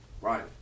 right